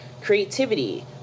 creativity